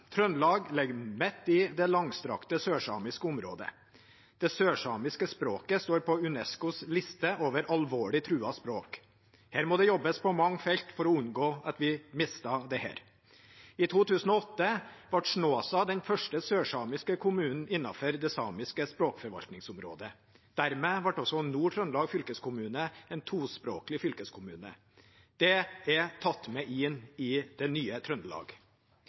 Trøndelag ligger midt i det langstrakte sørsamiske området. Det sørsamiske språket står på UNESCOs liste over alvorlig truede språk. Her må det jobbes på mange felt for å unngå at vi mister det. I 2008 ble Snåsa den første sørsamiske kommunen innenfor det samiske språkforvaltningsområdet. Dermed ble også Nord-Trøndelag fylkeskommune en tospråklig fylkeskommune. Det er tatt med inn i det nye Trøndelag.